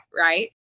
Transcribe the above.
right